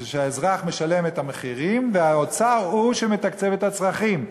שהאזרח משלם את המחירים והאוצר הוא שמתקצב את הצרכים,